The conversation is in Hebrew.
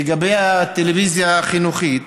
לגבי הטלוויזיה החינוכית,